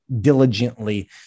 diligently